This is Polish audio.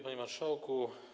Panie Marszałku!